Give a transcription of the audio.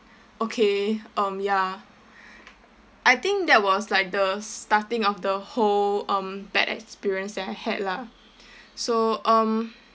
okay um ya I think that was like the starting of the whole um bad experience that I had lah so um